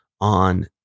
on